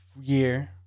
year